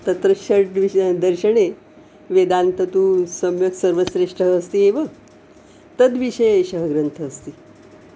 तत्र षड् विषयः दर्शने वेदान्तः तु सम्यक् सर्वश्रेष्ठः अस्ति एव तद्विषये एषः ग्रन्थः अस्ति